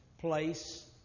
place